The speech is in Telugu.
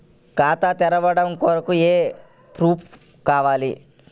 ఖాతా తెరవడం కొరకు ఏమి ప్రూఫ్లు కావాలి?